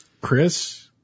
Chris